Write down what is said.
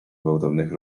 gwałtownych